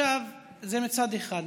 זה מצד אחד.